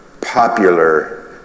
popular